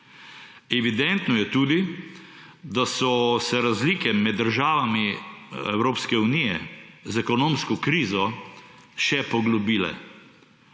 Evidentno je tudi, da so se razlike med državami Evropske unije z ekonomsko krizo še poglobile.